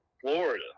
Florida